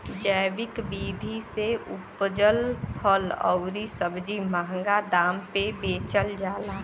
जैविक विधि से उपजल फल अउरी सब्जी महंगा दाम पे बेचल जाला